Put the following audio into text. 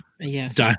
Yes